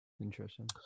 Interesting